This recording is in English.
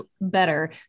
better